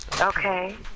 Okay